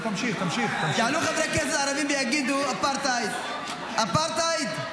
יעלו חברי כנסת ערבים ויגידו, אפרטהייד, אפרטהייד.